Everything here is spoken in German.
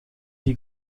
die